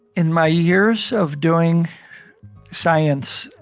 in my years of doing science,